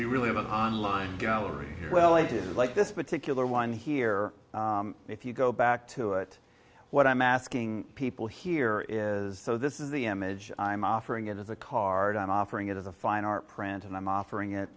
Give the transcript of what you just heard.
the really on line very well i like this particular one here if you go back to it what i'm asking people here is so this is the image i'm offering it as a card i'm offering it as a fine art prints and i'm offering it